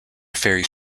ferries